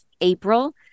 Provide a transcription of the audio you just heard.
April